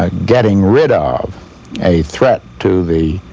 ah getting rid of a threat to the